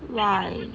why